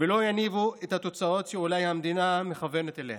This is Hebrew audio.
ולא יניבו את התוצאות שאולי המדינה מכוונת אליהן.